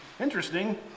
interesting